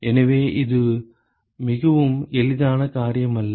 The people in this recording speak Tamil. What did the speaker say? எனவே இது மிகவும் எளிதான காரியம் அல்ல